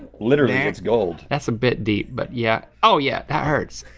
literally it's gold. that's a bit deep but yeah, oh yeah, that hurts.